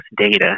data